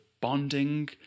bonding